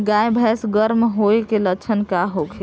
गाय भैंस गर्म होय के लक्षण का होखे?